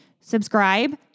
Subscribe